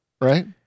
right